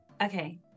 okay